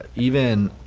even